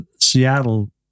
Seattle